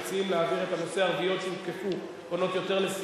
מציעים להעביר את הנושא: ערביות שהותקפו פונות יותר למרכזי